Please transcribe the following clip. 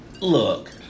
Look